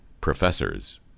professors